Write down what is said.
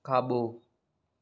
खाॿो